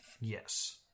Yes